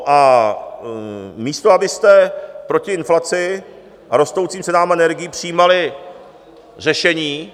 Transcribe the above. A místo abyste proti inflaci a rostoucím cenám energií přijímali řešení...